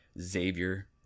Xavier